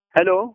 Hello